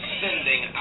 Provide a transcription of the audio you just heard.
sending